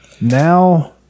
Now